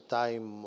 time